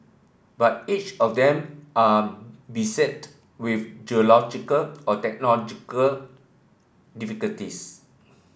but each of them are beset with geological or technological difficulties